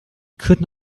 could